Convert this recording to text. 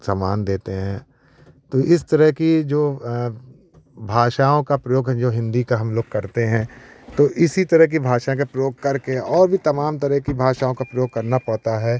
सामान देते हैं तो इस तरह की जो भाषाओं का प्रयोग हैं जो हिन्दी का हम लोग करते हैं तो इसी तरह की भाषा का प्रयोग करके और भी तमाम तरह की भाषाओं का प्रयोग करना पड़ता है